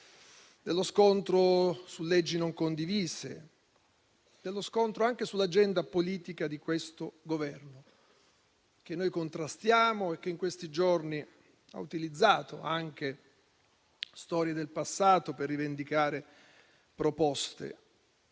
dello scontro su leggi non condivise, dello scontro anche sull'agenda politica di questo Governo, che noi contrastiamo e che in questi giorni ha utilizzato anche storie del passato per rivendicare proposte